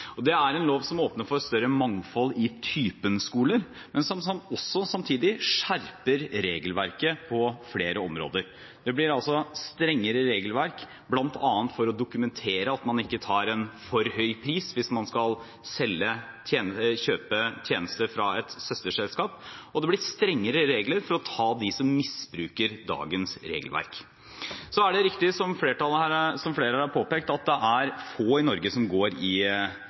seg. Det er en lov som åpner for større mangfold i typen skoler, men som samtidig skjerper regelverket på flere områder. Det blir altså strengere regelverk bl.a. for å dokumentere at man ikke tar en for høy pris hvis man skal kjøpe tjenester fra et søsterselskap, og det blir strengere regler for å ta dem som misbruker dagens regelverk. Så er det riktig, som flere her har påpekt, at det er få i Norge som går i